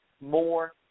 more